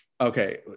Okay